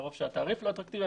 טענות שהתעריף לא אטרקטיבי.